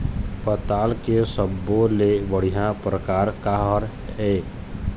पताल के सब्बो ले बढ़िया परकार काहर ए?